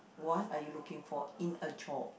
what are you looking for in a job